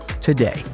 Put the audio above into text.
today